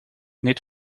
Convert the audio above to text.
niet